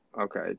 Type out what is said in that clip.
Okay